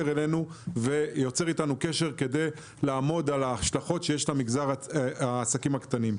אלינו ויוצר איתנו קשר כדי לאמוד את ההשלכות שיש על מגזר העסקים הקטנים.